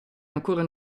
ancora